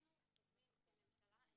זה מה שאני אומרת אני לא מצליחה להבין את ההבדל